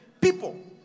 people